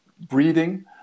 breathing